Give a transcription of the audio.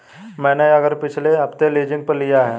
मैंने यह घर पिछले हफ्ते लीजिंग पर लिया है